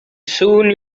soon